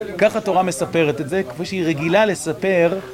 כך התורה מספרת את זה כפי שהיא רגילה לספר